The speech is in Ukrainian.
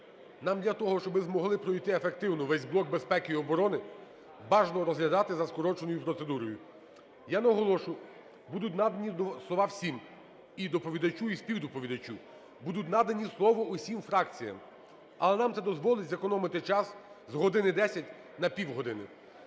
нам для того, щоб ми змогли пройти ефективно весь блок безпеки і оброни, бажано розглядати за скороченою процедурою. Я наголошую, будуть надані слова всім: і доповідачу, і співдоповідачу, будуть надані слово усім фракціям. Але нам це дозволить зекономити час з 1 години 10 на півгодини,